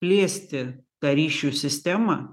plėsti tą ryšių sistemą